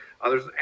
others